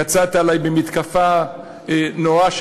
יצאת עלי במתקפה נוראה,